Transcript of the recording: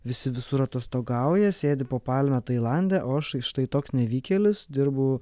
visi visur atostogauja sėdi po palme tailande o aš štai toks nevykėlis dirbu